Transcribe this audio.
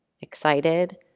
Excited